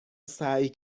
سعی